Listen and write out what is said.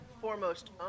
foremost